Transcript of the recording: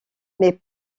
mais